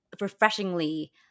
refreshingly